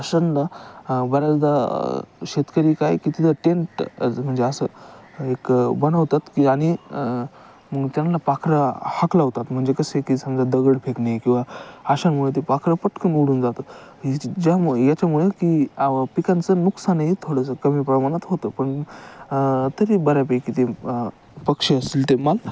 अशांना बऱ्याचदा शेतकरी काय की तिथलं टेंट ज म्हणजे असं एक बनवतात की आणि मग त्यांना खरं हकलवतात म्हणजे कसं आहे की समजा दगड फेकणे किंवा अशांमुळे ते पाखरं पटकन उडून जातात हे ज्यामुळे याच्यामुळे की पिकांचं नुकसानही थोडंसं कमी प्रमाणात होतं पण तरी बऱ्यापैकी ते पक्षी असतील ते माल